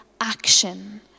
action